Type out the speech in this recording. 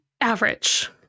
average